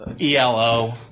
ELO